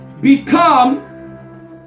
become